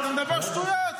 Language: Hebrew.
אתה מדבר שטויות?